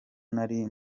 nari